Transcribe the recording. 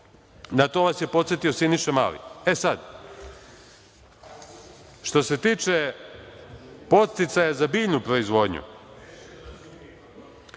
Na to vas je podsetio Siniša Mali. Što se tiče podsticaja za biljnu proizvodnju,